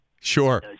Sure